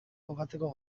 jokatzeko